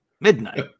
Midnight